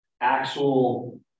actual